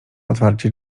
otwarcie